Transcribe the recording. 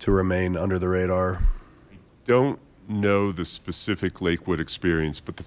to remain under the radar don't know the specific lakewood experience but the